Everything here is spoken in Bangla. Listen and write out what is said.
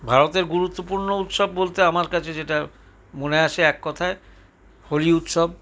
ভারতের গুরুত্বপূর্ণ উৎসব বলতে আমার কাছে যেটা মনে আসে এক কথায় হলি উৎসব